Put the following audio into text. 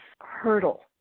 hurdle